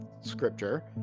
scripture